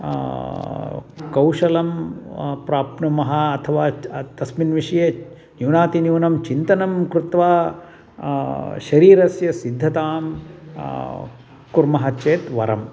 कौशलं प्राप्नुमः अथवा तस्मिन् विषये न्यूनातिन्यूनं चिन्तनं कृत्वा शरीरस्य सिद्धतां कुर्मः चेत् वरम्